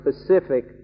specific